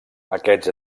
aquests